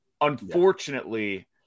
Unfortunately